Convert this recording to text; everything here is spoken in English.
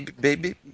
Baby